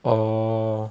oo